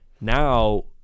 now